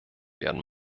werden